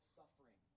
suffering